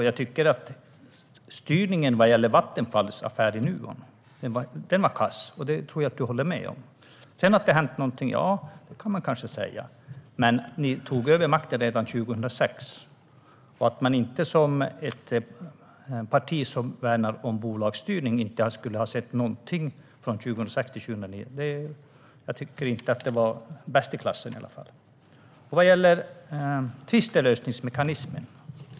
Jag tycker att styrningen vad gäller Vattenfalls Nuonaffär var kass, och det tror jag att du håller med om. Man kan kanske säga att det har hänt någonting, men ni tog över makten redan 2006. Skulle inte ett parti som värnar om bolagsstyrning ha sett någonting från 2006 till 2009? Jag tycker inte att ni var bäst i klassen i alla fall. Sedan gäller det tvistlösningsmekanismen.